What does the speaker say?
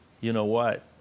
you-know-what